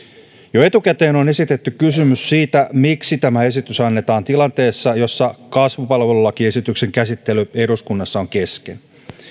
jo etukäteen on esitetty kysymys siitä miksi tämä esitys annetaan tilanteessa jossa kasvupalvelulakiesityksen käsittely eduskunnassa on kesken